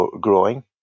growing